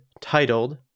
titled